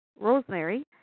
Rosemary